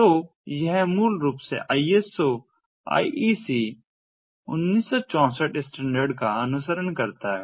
तो यह मूल रूप से ISO IEC 1964 स्टैंडर्ड का अनुसरण करता है